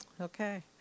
Okay